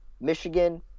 Michigan